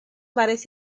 bares